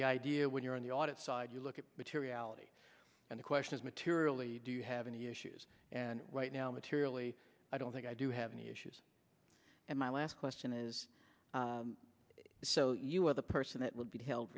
the idea when you're on the audit side you look at materiality and the question is materially do you have any issues and right now materially i don't think i do have any issues and my last question is so you are the person that will be held